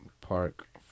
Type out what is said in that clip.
Park